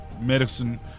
medicine